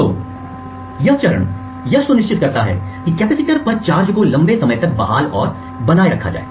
तो यह चरण यह सुनिश्चित करता है कि कैपेसिटीर पर चार्ज को लंबे समय तक बहाल और बनाए रखा जाए